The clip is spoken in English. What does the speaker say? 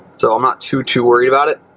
so i'm not too, too worried about it.